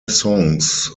songs